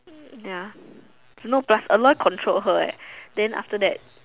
ya no plus Aloy control her eh then after that